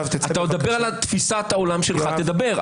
דבר על תפיסת העולם שלך דבר.